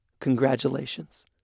congratulations